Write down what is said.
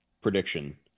prediction